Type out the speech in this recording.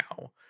now